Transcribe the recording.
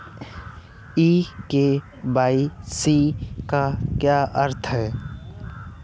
ई KYC का क्या अर्थ होता है?